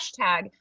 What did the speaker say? hashtag